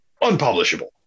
unpublishable